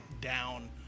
down